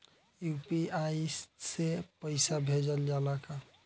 UPI से पईसा भेजल जाला का?